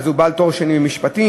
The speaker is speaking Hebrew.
הוא בעל תואר שני במשפטים,